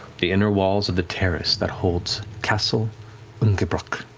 the inner walls of the terrace that holds castle ungebroch.